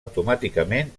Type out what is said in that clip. automàticament